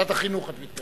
ועדת החינוך, את מתכוונת.